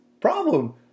problem